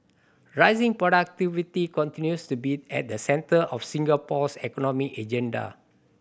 raising productivity continues to be at the centre of Singapore's economic agenda